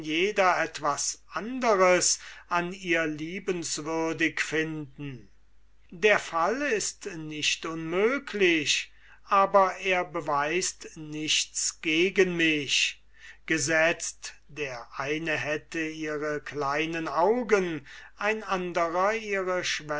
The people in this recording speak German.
jeder etwas anderes an ihr liebenswürdig finden der fall ist nicht unmöglich aber er beweist nichts gegen mich gesetzt der eine hätte ihre kleinen augen ein anderer ihre